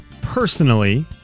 personally